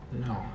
no